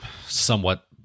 somewhat –